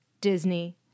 Disney